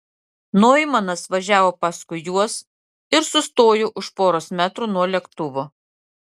noimanas važiavo paskui juos ir sustojo už poros metrų nuo lėktuvo